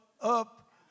up